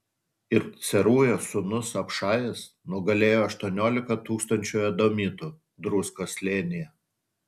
ir cerujos sūnus abšajas nugalėjo aštuoniolika tūkstančių edomitų druskos slėnyje